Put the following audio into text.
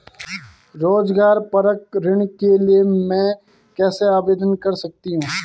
रोज़गार परक ऋण के लिए मैं कैसे आवेदन कर सकतीं हूँ?